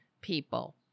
People